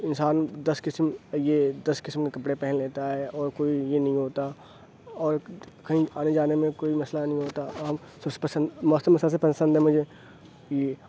انسان دس قسم یہ دس قسم کے کپڑے پہن لیتا ہے اور کوئی یہ نہیں ہوتا اور کہیں آنے جانے میں کوئی مسئلہ نہیں ہوتا موسم کے ساتھ ساتھ پسند ہے مجھے یہ